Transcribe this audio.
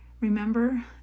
Remember